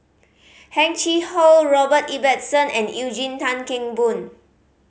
Heng Chee How Robert Ibbetson and Eugene Tan Kheng Boon